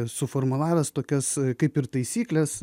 suformulavęs tokias kaip ir taisykles